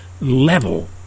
level